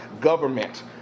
government